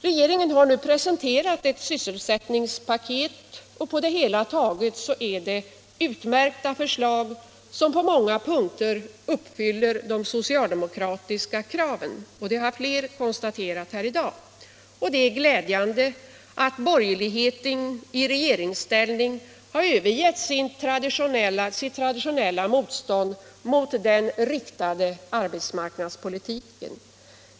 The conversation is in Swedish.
Regeringen har nu presenterat ett sysselsättningspaket med på det hela taget utmärkta förslag, som på många punkter uppfyller de socialdemokratiska kraven. Den saken har flera talare konstaterat här i dag. Det är glädjande att borgerligheten i regeringsställning har övergivit sitt traditionella motstånd mot den riktade arbetsmarknadspolitiken.